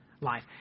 life